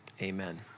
amen